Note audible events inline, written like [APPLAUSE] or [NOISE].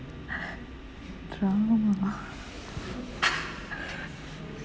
[LAUGHS] trauma